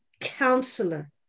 Counselor